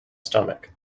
stomach